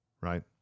right